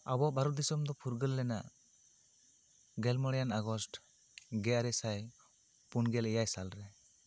ᱟᱵᱚᱣᱟᱜ ᱵᱷᱟᱨᱚᱛ ᱫᱤᱥᱚᱢ ᱫᱚ ᱯᱷᱩᱨᱜᱟᱹᱞ ᱞᱮᱱᱟ ᱜᱮᱞ ᱢᱚᱬᱮᱭᱟᱱ ᱟᱜᱚᱥᱴ ᱜᱮ ᱟᱨᱮᱥᱟᱭ ᱯᱩᱱᱜᱮᱞ ᱮᱭᱟᱭ ᱥᱟᱞ ᱨᱮ